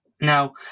Now